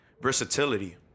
Versatility